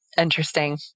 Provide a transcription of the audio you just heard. Interesting